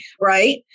right